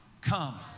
Come